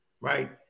right